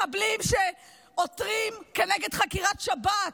מחבלים שעותרים כנגד חקירת שב"כ.